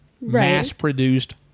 Mass-produced